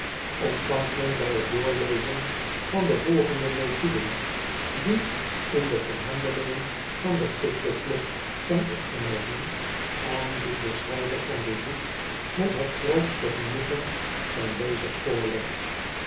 ontvangt men bij het doorlezen van de volgende notulen die in de verhande limgen van de pickwick club zijn opgtmomen en die de schrijver van dit boek met het grootste genoegen zijn lezers voorlegt